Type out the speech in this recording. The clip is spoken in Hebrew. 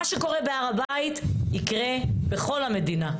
מה שקורה בהר הבית יקרה בכל המדינה.